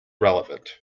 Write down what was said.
relevant